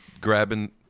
grabbing